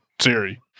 siri